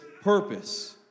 purpose